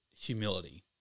humility